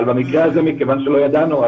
אבל במקרה הזה לא ידענו,